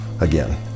again